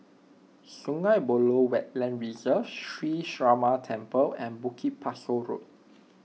Sungei Buloh Wetland Reserve Sree Ramar Temple and Bukit Pasoh Road